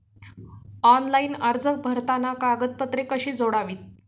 Online अर्ज भरताना कागदपत्रे कशी जोडावीत?